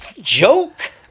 Joke